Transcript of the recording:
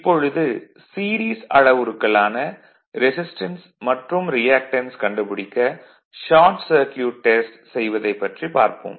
இப்பொழுது சீரிஸ் அளவுருக்களான ரெசிஸ்டன்ஸ் மற்றும் ரியாக்டன்ஸ் கண்டுபிடிக்க ஷார்ட் சர்க்யூட் டெஸ்ட் செய்வதைப் பற்றி பார்ப்போம்